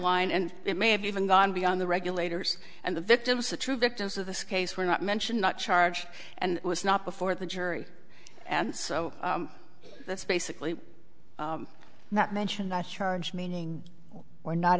line and it may have even gone beyond the regulators and the victims the true victims of this case were not mentioned not charge and was not before the jury and so that's basically that mentioned that charge meaning were not